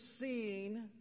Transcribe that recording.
seeing